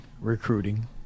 recruiting